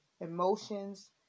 Emotions